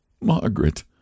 Margaret